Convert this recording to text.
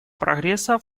прогресса